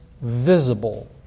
visible